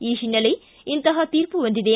ಈ ಹಿನ್ನೆಲೆ ಇಂತಹ ತೀರ್ಮ ಬಂದಿದೆ